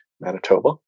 Manitoba